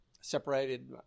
separated